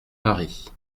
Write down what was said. paris